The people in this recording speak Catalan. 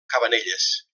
cabanelles